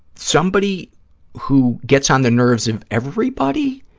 somebody who gets on the nerves of everybody,